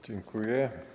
Dziękuję.